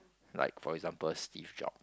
like for example Steve Job